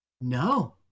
No